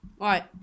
right